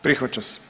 Prihvaća se.